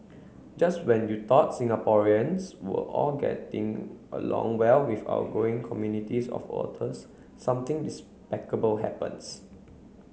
just when you thought Singaporeans were all getting along well with our growing communities of otters something happens